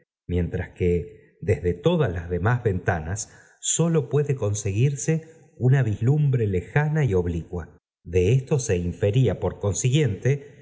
mientras que desde todas las demás ventanas solo puede conseguirse una vislumbre lejana y obhcua de esto se infería por consiguiente